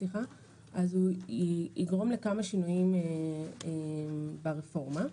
הוא יגרום לכמה שינויים ברפורמה.